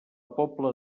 pobla